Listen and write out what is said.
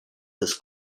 this